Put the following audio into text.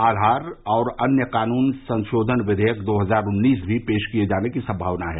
आधार और अन्य कानून संशोधन कियेयक दो हजार उन्नीस भी पेश किए जाने की संभावना है